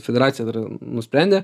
federacija tai yra nusprendė